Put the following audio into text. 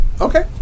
Okay